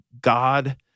God